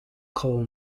coal